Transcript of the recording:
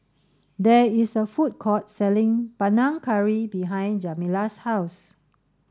there is a food court selling Panang Curry behind Jamila's house